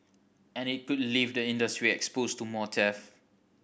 and it could leave the industry exposed to more theft